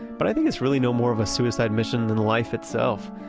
but i think it's really no more of a suicide mission than life itself.